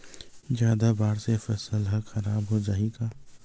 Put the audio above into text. जादा बाढ़ से फसल ह खराब हो जाहि का?